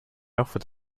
offered